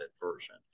version